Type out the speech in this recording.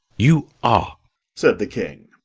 you are said the king.